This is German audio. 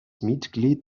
mitglied